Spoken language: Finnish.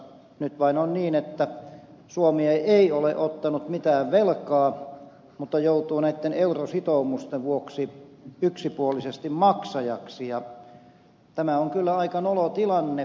nyt vain on niin että suomi ei ole ottanut mitään velkaa mutta joutuu näitten eurositoumusten vuoksi yksipuolisesti maksajaksi ja tämä on kyllä aika nolo tilanne